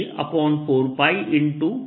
r R